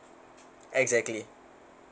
exactly